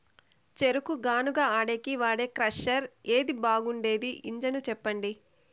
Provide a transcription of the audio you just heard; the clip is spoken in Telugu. చెరుకు గానుగ ఆడేకి వాడే క్రషర్ ఏది బాగుండేది ఇంజను చెప్పండి?